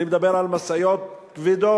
אני מדבר על משאיות כבדות,